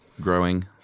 growing